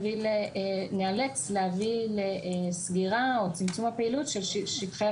ניאלץ להביא לסגירה או צמצום הפעילות של שטחי